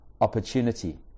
opportunity